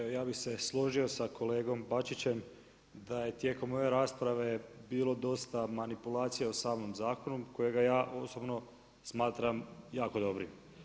Evo ja bih se složio sa kolegom Bačiće m da je tijekom ove rasprave bilo dosta manipulacija o samom zakonu kojega ja osobno smatram jako dobrim.